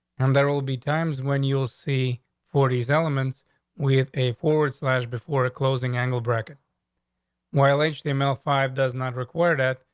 and there will be times when you'll see for these elements with a forward slash before closing angle bracket while aged email. five does not require that,